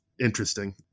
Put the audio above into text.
interesting